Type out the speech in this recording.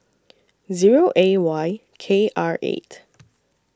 Zero A Y K R eight